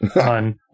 on